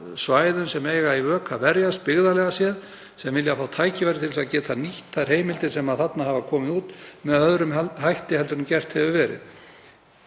svæðum sem eiga í vök að verjast byggðalega séð sem vilja fá tækifæri til að geta nýtt þær heimildir sem þarna hafa komið út með öðrum hætti en gert hefur verið.